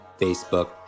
Facebook